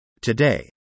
Today